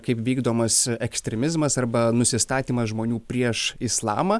kaip vykdomas ekstremizmas arba nusistatymas žmonių prieš islamą